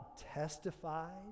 testified